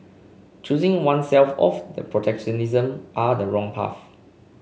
choosing oneself off the protectionism are the wrong path